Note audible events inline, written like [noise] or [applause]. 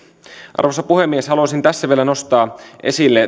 arvoisa puhemies haluaisin tässä vielä nostaa esille [unintelligible]